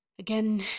Again